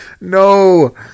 No